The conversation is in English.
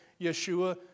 Yeshua